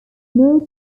more